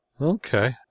Okay